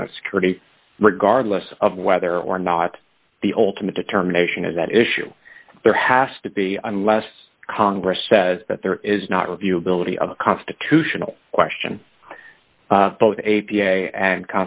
homeland security regardless of whether or not the ultimate determination of that issue there has to be unless congress says that there is not review ability of a constitutional question both a p a and